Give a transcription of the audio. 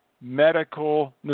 medical